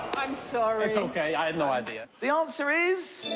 i'm sorry. it's ok. i had no idea. the answer is.